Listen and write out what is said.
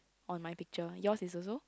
on my picture yours is also